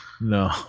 no